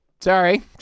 Sorry